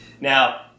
Now